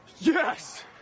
Yes